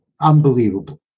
unbelievable